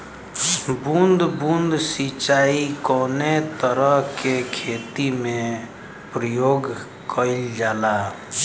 बूंद बूंद सिंचाई कवने तरह के खेती में प्रयोग कइलजाला?